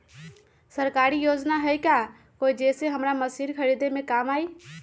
सरकारी योजना हई का कोइ जे से हमरा मशीन खरीदे में काम आई?